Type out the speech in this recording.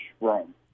Rome